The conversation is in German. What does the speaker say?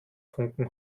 funken